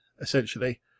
essentially